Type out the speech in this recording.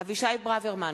אבישי ברוורמן,